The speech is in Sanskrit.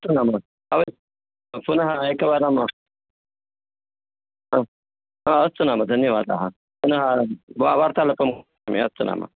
अस्तु नाम अवस् पुनः एकवारं ह अस्तु नाम धन्यवादाः पुनः वा वार्तालापं करोमि अस्तु नाम